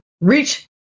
reach